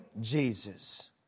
Jesus